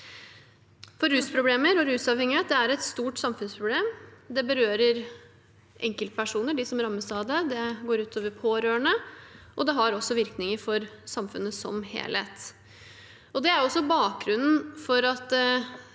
Rusproblemer og rusavhengighet er et stort samfunnsproblem. Det berører enkeltpersoner, de som rammes av det, det går ut over pårørende, og det har også virkninger for samfunnet som helhet. Det er også bakgrunnen for at